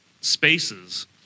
spaces